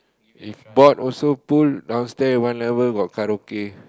if bored also pool downstair one level got karaoke